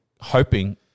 hoping